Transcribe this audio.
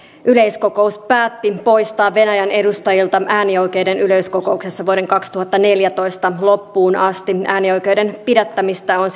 yleiskokous päätti poistaa venäjän edustajilta äänioikeuden yleiskokouksessa vuoden kaksituhattaneljätoista loppuun asti äänioikeuden pidättämistä on